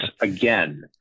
again